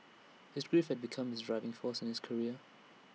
his grief had become his driving force in his career